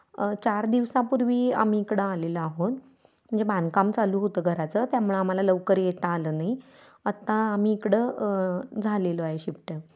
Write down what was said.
चार दिवसापूर्वी आम्ही इकडं आलेलं आहो न म्हणजे बांधकाम चालू होतं घराचं त्यामुळं आम्हाला लवकर येता आलं नाही आत्ता आम्ही इकडं झालेलो आहे शिफ्ट